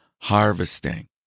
harvesting